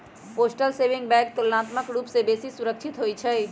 postal saving bank तुलनात्मक रूप से बेशी सुरक्षित होइ छइ